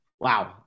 wow